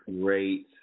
great